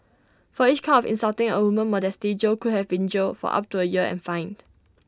for each count of insulting A woman's modesty Jo could have been jailed for up to A year and fined